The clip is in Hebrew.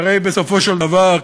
והרי בסופו של דבר,